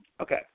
Okay